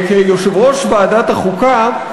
כיושב-ראש ועדת החוקה,